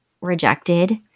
rejected